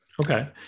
Okay